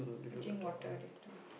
I drink water later